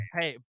Hey